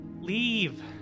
leave